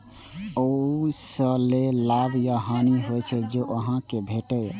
ओइ सं जे लाभ या हानि होइ छै, ओ अहां कें भेटैए